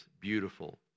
beautiful